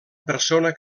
persona